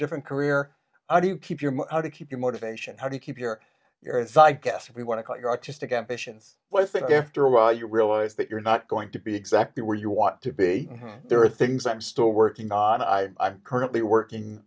different career how do you keep your mouth to keep your motivation how do you keep your i guess if you want to call your artistic ambitions well i think after a while you realize that you're not going to be exactly where you want to be there are things i'm still working on i currently working